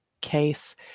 case